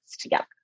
together